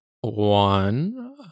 one